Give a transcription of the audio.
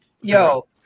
Yo